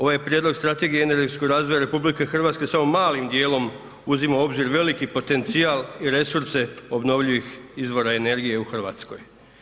Ovaj Prijedlog strategije energetskog razvoja RH samo malim dijelom uzima u obzir veliki potencijal i resurse obnovljivih izvora energije u Hrvatskoj.